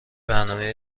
برنامه